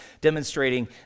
demonstrating